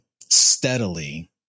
steadily